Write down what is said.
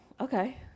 okay